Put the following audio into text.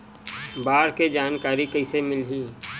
बाढ़ के जानकारी कइसे मिलही?